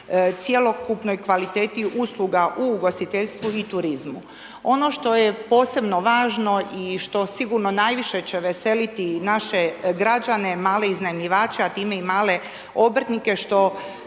cjelokupnoj kvaliteti usluga u ugostiteljstvu i turizmu. Ono što je posebno važno i što sigurno najviše će veseliti naše građane, male iznajmljivače a time i male obrtnike što